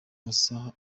masaha